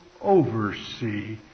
oversee